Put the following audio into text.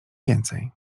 więcej